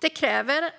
Det kräver